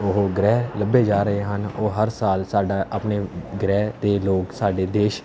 ਉਹ ਗ੍ਰਹਿ ਲੱਭੇ ਜਾ ਰਹੇ ਹਨ ਉਹ ਹਰ ਸਾਲ ਸਾਡਾ ਆਪਣੇ ਗ੍ਰਹਿ 'ਤੇ ਲੋਕ ਸਾਡੇ ਦੇਸ਼